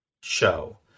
show